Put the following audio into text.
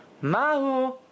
Mahu